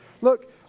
Look